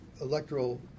electoral